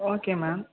okay ma'am